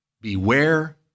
Beware